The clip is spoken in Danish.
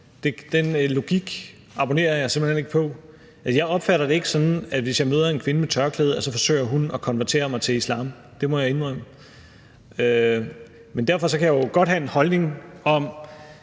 den logik abonnerer jeg simpelt hen ikke på. Jeg opfatter det ikke sådan, at hvis jeg møder en kvinde med tørklæde, forsøger hun at konvertere mig til islam – det må jeg indrømme. Men derfor kan jeg jo godt have den holdning,